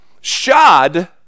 shod